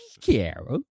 Carol